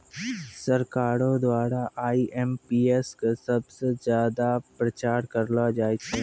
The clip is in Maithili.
सरकारो द्वारा आई.एम.पी.एस क सबस ज्यादा प्रचार करलो जाय छै